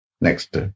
Next